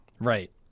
Right